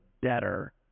better